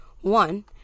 One